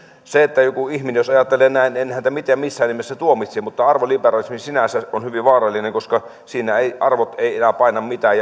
jos joku ihminen ajattelee näin en missään nimessä tuomitse mutta arvoliberalismi sinänsä on hyvin vaarallinen koska siinä arvot eivät enää paina mitään